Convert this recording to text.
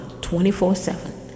24-7